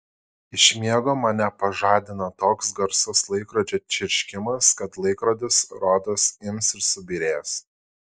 iš miego mane pažadina toks garsus laikrodžio čirškimas kad laikrodis rodos ims ir subyrės